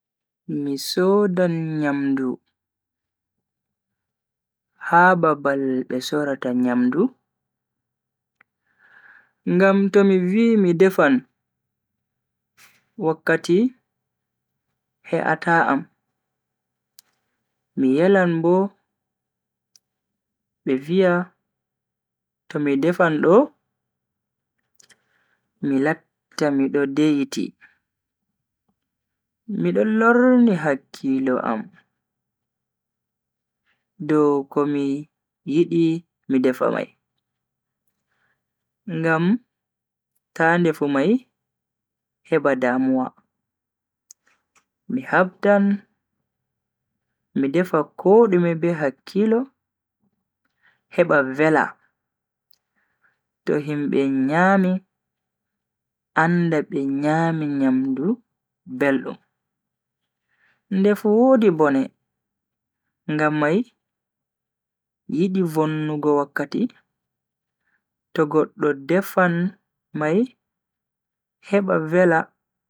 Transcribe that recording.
Mi sodan nyamdu ha babal be sorata nyamdu ngam tomi vi mi defan wakkati he'ata am. Mi yelan bo b viya to mi defan do, mi latta mido de'iti, mido lorni hakkilo am dow komi yidi mi defa mai ngam ta ndefu mai heba damuwa. mi habdan mi defa kodume be hakkilo heba vela to himbe nyami anda be nyami nyamdu beldum. ndefu wodi bone ngam mai yidi vonnugo wakkati to goddo defan mai heba vela.